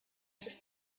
sus